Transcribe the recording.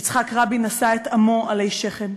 יצחק רבין נשא את עמו עלי שכם,